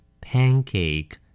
pancake